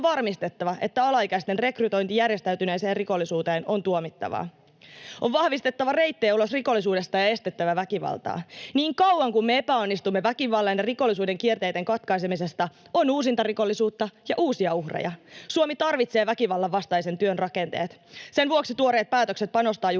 on varmistettava, että alaikäisten rekrytointi järjestäytyneeseen rikollisuuteen on tuomittavaa. On vahvistettava reittejä ulos rikollisuudesta ja estettävä väkivaltaa. Niin kauan kun me epäonnistumme väkivallan ja rikollisuuden kierteiden katkaisemisessa, on uusintarikollisuutta ja uusia uhreja. Suomi tarvitsee väkivallan vastaisen työn rakenteet. Sen vuoksi tuoreet päätökset panostaa juuri